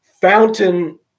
fountain